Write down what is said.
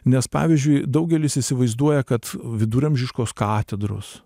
nes pavyzdžiui daugelis įsivaizduoja kad viduramžiškos katedros